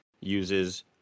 uses